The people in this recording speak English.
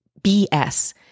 BS